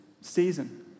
season